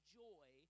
joy